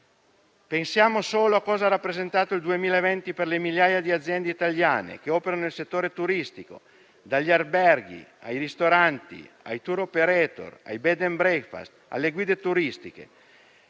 Pensiamo solo a cosa ha rappresentato il 2020 per le migliaia di aziende italiane che operano nel settore turistico, dagli alberghi ai ristoranti, ai *tour operator*, ai *bed and breakfast*, alle guide turistiche: